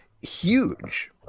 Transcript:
huge